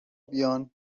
بیان